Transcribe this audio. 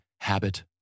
habit